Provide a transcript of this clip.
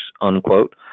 unquote